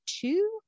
two